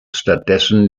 stattdessen